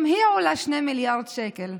גם היא עולה 2 מיליארד שקל.